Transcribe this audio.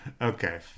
okay